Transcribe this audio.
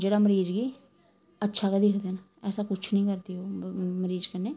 जेह्ड़ा मरीज गी अच्छा गै दिक्खदे न ऐसा कुछ निं करदे ओह् मरीज कन्नै